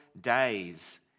days